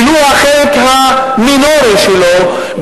ולו החלק המינורי שלו,